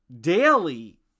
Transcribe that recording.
daily